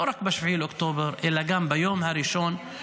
לא רק ב-7 באוקטובר אלא גם ביום הראשון,